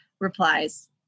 replies